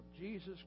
Jesus